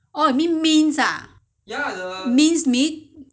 oh you mean mince ah mince meat